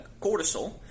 cortisol